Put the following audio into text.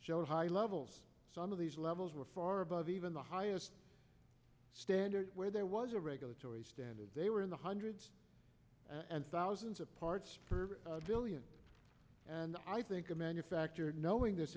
showed high levels some of these levels were far above even the highest standard where there was a regulatory standard they were in the hundreds and thousands of parts per billion and i think a manufacturer knowing this